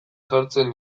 jartzen